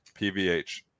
pvh